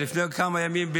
לפני כמה ימים,